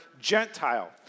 Gentile